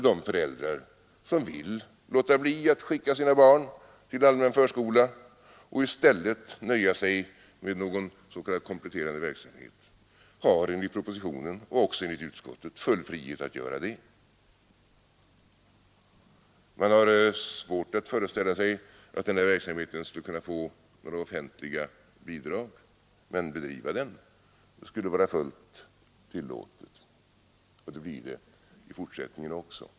De föräldrar som vill låta bli att skicka sina barn till allmän förskola och i stället nöjer sig med någon s.k. kompletterande verksamhet har enligt propositionen och enligt utskottet full frihet att göra det. Man har svårt att föreställa sig att denna verksamhet skulle kunna få några offentliga bidrag, men bedriva den skulle vara fullt tillåtet i fortsättningen också.